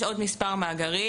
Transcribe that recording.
יש עוד מספר מאגרים,